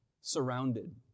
surrounded